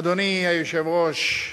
אדוני היושב-ראש,